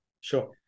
Sure